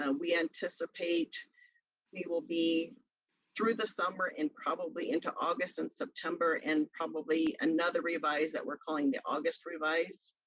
and we anticipate we will be through the summer and probably into august and september, and probably another revise that we're calling the august revise,